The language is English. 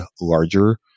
larger